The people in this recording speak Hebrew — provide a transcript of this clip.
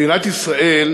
מדינת ישראל